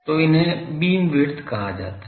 तो इन्हें beam width कहा जाता है